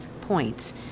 points